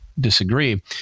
disagree